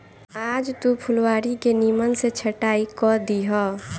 आज तू फुलवारी के निमन से छटाई कअ दिहअ